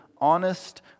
honest